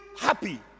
happy